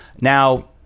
Now